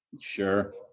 Sure